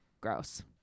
gross